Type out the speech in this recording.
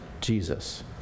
Jesus